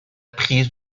prise